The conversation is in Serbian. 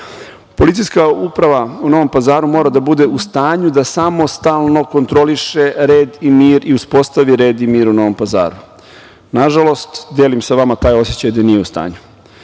dobro. Policijska uprava u Novom Pazaru mora da bude u stanju da samostalno kontroliše red i mir i uspostavi red i mir u Novom Pazaru. Nažalost, delim sa vama taj osećaj da nije u stanju